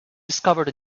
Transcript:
discovered